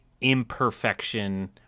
imperfection